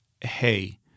hey